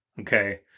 Okay